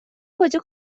کجا